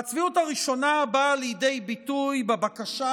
והצביעות הראשונה באה לידי ביטוי בבקשה,